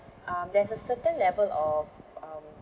um there's a certain level of um